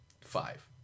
five